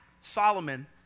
Solomon